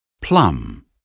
plum